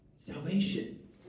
Salvation